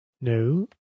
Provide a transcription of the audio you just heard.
No